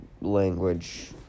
language